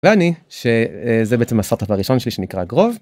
ואני שזה בעצם הסטארט אפ הראשון שלי שנקרא גרוב.